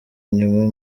nyuma